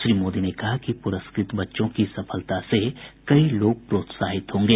श्री मोदी ने कहा कि पुरस्कृत बच्चों की सफलता से कई लोग प्रोत्साहित होंगे